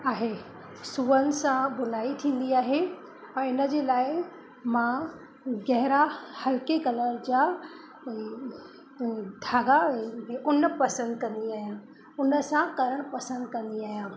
आहे सूअनि सां बुनाई थींदी आहे ऐं इन जे लाइ मां गहिरा हलके कलर जा धागा ऊन पसंदि कंदी आहियां ऊन सां करणु पसंदि कंदी आहियां